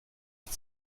ist